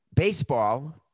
Baseball